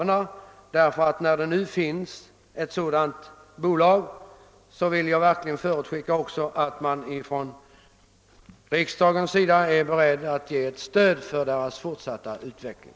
När det nu finns ett sådant bolag, bör riksdagen också vara beredd att stödja dess fortsatta utveckling.